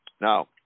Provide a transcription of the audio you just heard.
Now